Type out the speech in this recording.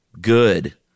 Good